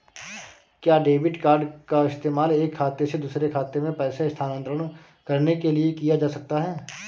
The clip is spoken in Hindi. क्या डेबिट कार्ड का इस्तेमाल एक खाते से दूसरे खाते में पैसे स्थानांतरण करने के लिए किया जा सकता है?